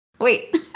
Wait